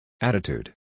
Attitude